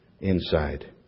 inside